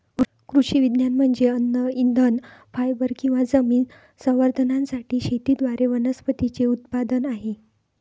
कृषी विज्ञान म्हणजे अन्न इंधन फायबर किंवा जमीन संवर्धनासाठी शेतीद्वारे वनस्पतींचे उत्पादन आहे